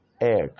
egg